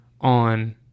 on